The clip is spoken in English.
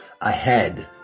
ahead